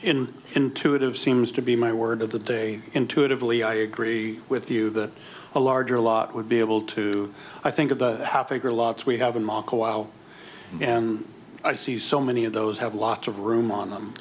in intuitive seems to be my word of the day intuitively i agree with you that a larger lot would be able to i think of the half acre lots we have in moscow while and i see so many of those have lots of room on